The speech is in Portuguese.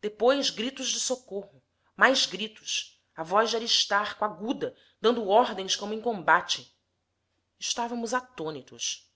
depois gritos de socorro mais gritos a voz de aristarco aguda dando ordens como em combate estávamos atônitos